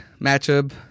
matchup